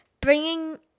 bringing